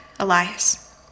Elias